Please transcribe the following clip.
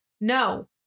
No